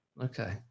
Okay